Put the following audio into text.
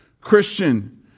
Christian